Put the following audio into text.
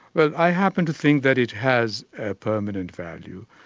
well i happen to think that it has a permanent value,